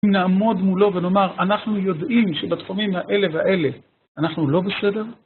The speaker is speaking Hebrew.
אם נעמוד מולו ונאמר: אנחנו יודעים שבתחומים האלה ואלה אנחנו לא בסדר...